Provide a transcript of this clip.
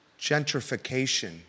Gentrification